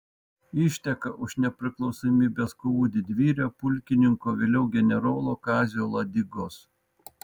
išteka už nepriklausomybės kovų didvyrio pulkininko vėliau generolo kazio ladigos